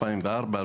2004,